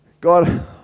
God